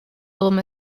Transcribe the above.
album